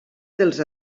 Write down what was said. dels